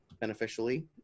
beneficially